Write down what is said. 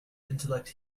intellect